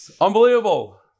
Unbelievable